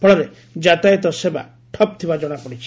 ଫଳରେ ଯାତାୟତ ସେବା ଠପ୍ ଥିବା ଜଣାପଡ଼ିଛି